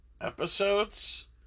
episodes